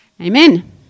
Amen